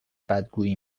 بدگویی